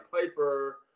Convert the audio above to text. Piper